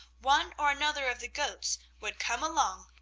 one or another of the goats would come along,